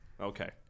Okay